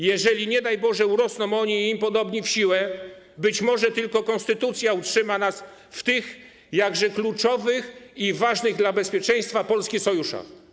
Jeżeli, nie daj Boże, urosną oni i im podobni w siłę, być może tylko konstytucja utrzyma nas w tych jakże kluczowych i ważnych dla bezpieczeństwa Polski sojuszach.